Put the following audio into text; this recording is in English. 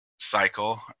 cycle